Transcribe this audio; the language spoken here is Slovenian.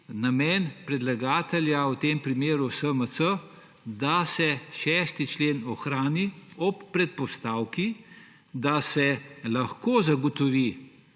namen predlagatelja, v tem primeru SMC, da se 6. člen ohrani ob predpostavki, da se lahko zagotovi